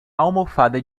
almofada